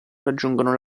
raggiungono